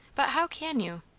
but how can you?